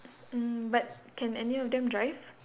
mm but can any of them drive